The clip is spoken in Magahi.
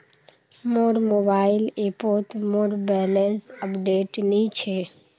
मोर मोबाइल ऐपोत मोर बैलेंस अपडेट नि छे